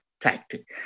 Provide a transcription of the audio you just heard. tactic